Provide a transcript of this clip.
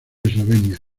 eslovenia